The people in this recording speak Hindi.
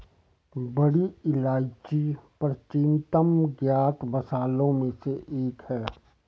बड़ी इलायची प्राचीनतम ज्ञात मसालों में से एक है